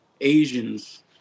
Asians